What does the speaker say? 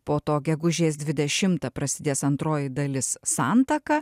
po to gegužės dvidešimtą prasidės antroji dalis santaka